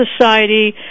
society